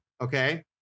okay